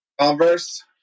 Converse